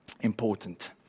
important